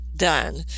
done